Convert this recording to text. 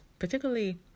Particularly